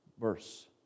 verse